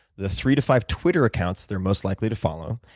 the three to five twitter accounts they're most likely to follow.